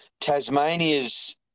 Tasmania's